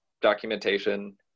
documentation